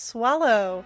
Swallow